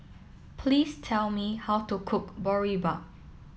please tell me how to cook Boribap